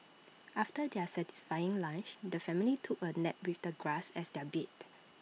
after their satisfying lunch the family took A nap with the grass as their bed